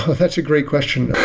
that's a great question.